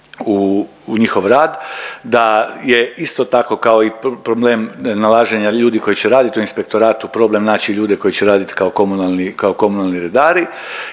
u njihov rad, da je isto tako kao i problem nalaženja ljudi koji će raditi u inspektoratu, problem naći ljude koji će raditi kao komunalni redari